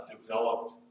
developed